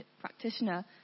practitioner